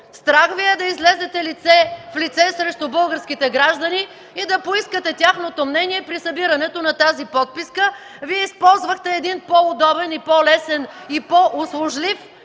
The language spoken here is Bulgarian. страх Ви е да излезете лице в лице срещу българските граждани и да поискате тяхното мнение при събирането на тази подписка. Вие използвахте един по-удобен, по-лесен и по-услужлив